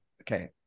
okay